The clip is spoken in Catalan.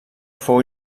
fou